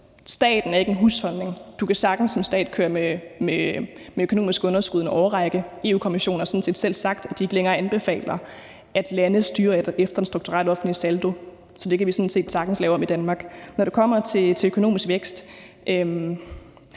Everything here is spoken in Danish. staten ikke er en husholdning. Du kan sagtens som stat køre med økonomisk underskud en årrække. EU-Kommissionen har sådan set selv sagt, at de ikke længere anbefaler, at lande styrer efter en strukturel offentlig saldo. Så det kan vi sådan set sagtens lave om i Danmark. Når det kommer til økonomisk vækst,